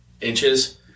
inches